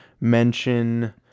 mention